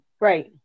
Right